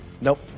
nope